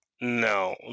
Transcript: no